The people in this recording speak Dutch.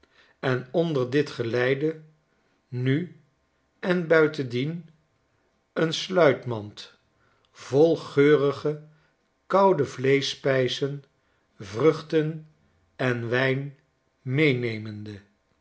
en onder dat geleide nu en buitendien een sluitmand vol geurige koude vleeschspijzen vruchten en wijn meenemende